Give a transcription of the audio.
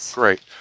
great